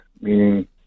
meaning